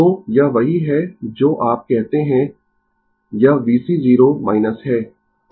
तो यह वही है जो आप कहते है यह vc 0 है